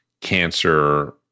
cancer